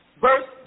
verse